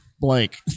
blank